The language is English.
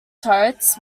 turrets